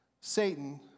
Satan